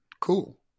Cool